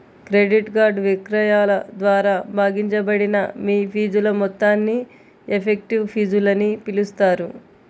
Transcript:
credit card విక్రయాల ద్వారా భాగించబడిన మీ ఫీజుల మొత్తాన్ని ఎఫెక్టివ్ ఫీజులని పిలుస్తారు